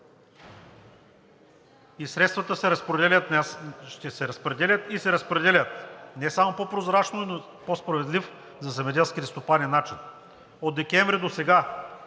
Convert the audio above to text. Средствата ще се разпределят и се разпределят не само по прозрачно, но и по по-справедлив за земеделските стопани начин. От декември досега